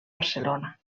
barcelona